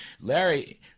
Larry